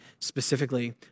specifically